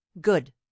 Good